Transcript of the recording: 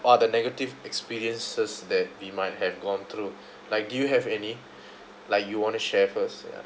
are the negative experiences that we might have gone through like do you have any like you want to share first ya